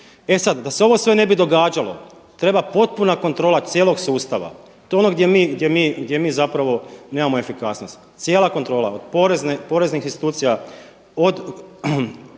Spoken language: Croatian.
E sad, da se ovo sve ne bi događalo treba potpuna kontrola cijelog sustava. To je ono gdje mi zapravo nemamo efikasnosti, cijela kontrola od porezne, poreznih institucija, od